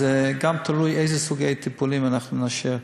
גם תלוי איזה סוגי טיפולים אנחנו נאשר.